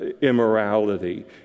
immorality